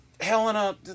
Helena